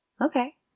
Okay